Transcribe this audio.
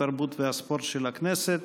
התרבות והספורט של הכנסת.